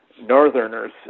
northerners